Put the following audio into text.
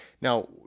Now